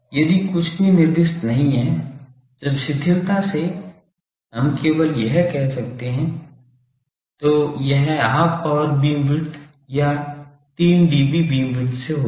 यदि कुछ भी निर्दिष्ट नहीं है जब शिथिलता से हम केवल यह कहते हैं तो यह हाफ पावर बीमविड्थ या 3 dB बीमविड्थ से होगा